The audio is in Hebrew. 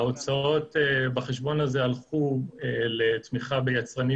ההוצאות בחשבון הזה הלכו לתמיכה ביצרנים